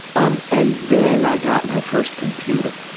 um and then i got my first computer,